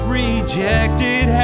rejected